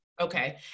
okay